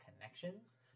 connections